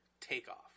takeoff